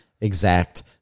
exact